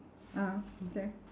ah okay